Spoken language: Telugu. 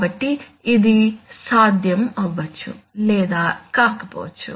కాబట్టి ఇది సాధ్యం అవ్వచ్చు లేదా కాకపోవచ్చు